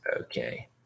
Okay